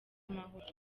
amahoro